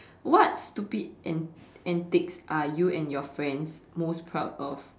what stupid an~ antics are you and your friends most proud of